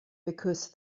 because